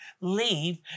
leave